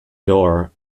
door